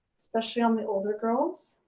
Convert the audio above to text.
especially on the older girls.